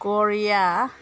Korea